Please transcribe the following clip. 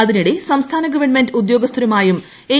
അതിനിടെ സംസ്ഥാന ഗവൺമെന്റ് ഉദ്ദ്യോഗ്സ്ഥരുമായും എൻ